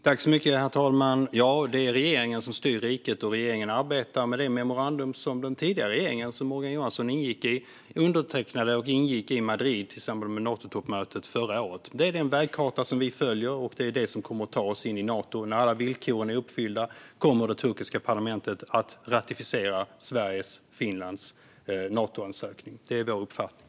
Herr talman! Ja, det är regeringen som styr riket. Regeringen arbetar med det memorandum som den tidigare regeringen, där Morgan Johansson ingick, undertecknade i Madrid i samband med Natotoppmötet förra året. Det är den vägkarta vi följer, och det är det som kommer att ta oss in i Nato. När alla villkoren är uppfyllda kommer det turkiska parlamentet att ratificera Sveriges och Finlands Natoansökan. Det är vår uppfattning.